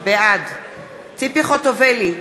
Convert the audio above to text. בעד ציפי חוטובלי,